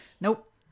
Nope